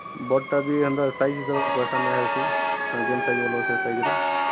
ବଡ଼ଟା ବି ହେନ୍ତା ସାଇଜ୍ ହିସାବରେ ପଇସା ନିଆହେସି ତୁମେ ଯେନ୍ ସାଇଜ୍ ବୋଲବ ସେ ସାଇଜ୍ରେ